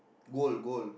gold gold